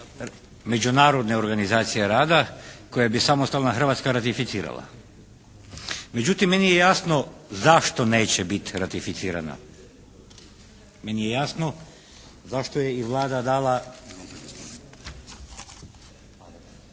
međunarodne organizacije rada, koju bi samostalna Hrvatska ratificirala. Međutim meni je jasno zašto neće biti ratificirana? Meni je jasno zašto je i Vlada dala,